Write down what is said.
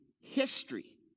history